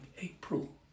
April